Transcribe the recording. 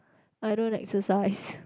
I don't exercise